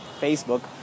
Facebook